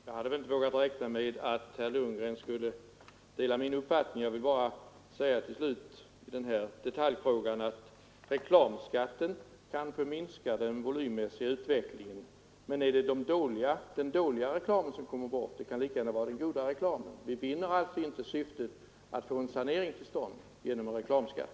Herr talman! Jag hade inte vågat räkna med att herr Lundgren skulle dela min uppfattning. Jag vill bara säga i denna detaljfråga att reklamskatten visserligen kan minska den volymmässiga utvecklingen — men är det den dåliga reklamen som kommer bort? Det kan lika gärna vara den goda reklamen. Vi vinner alltså inte syftet att få en sanering till stånd genom en reklamskatt.